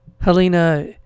Helena